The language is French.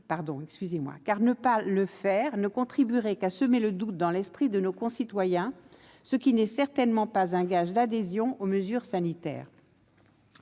car ne pas le faire ne contribuerait qu'à semer le doute dans l'esprit de nos concitoyens, ce qui n'est certainement pas un gage d'adhésion aux mesures sanitaires.